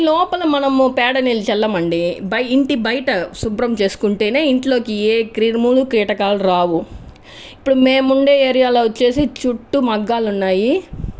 ఇంటి లోపల మనము పేడ నిళ్ళు చల్లము అండి ఇంటి బయట శుభ్రం చేసుకుంటేనే ఇంట్లోకి ఏ క్రిములు కీటకాలు రావు ఇప్పుడు మేము ఉండే ఏరియాలో వచ్చేసి చుట్టు మగ్గాలు వున్నాయి